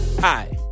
hi